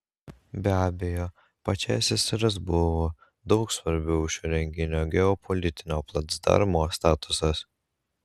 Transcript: be abejo pačiai ssrs buvo daug svarbiau šio regiono geopolitinio placdarmo statusas